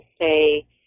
say